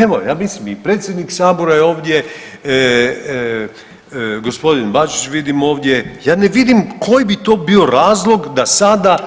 Evo ja mislim i predsjednik sabora je ovdje, g. Bačić vidim ovdje, ja ne vidim koji bi to bio razlog da sada